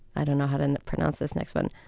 i don't know how to and pronounce this next one